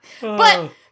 But-